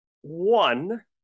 one